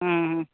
ம்